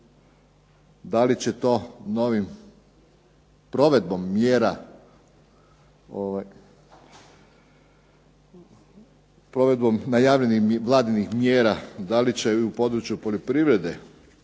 da li će to ovim provedbom najavljenih Vladinih mjera da li će i u području poljoprivrede